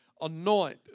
anoint